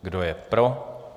Kdo je pro?